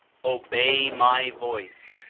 obey my voice,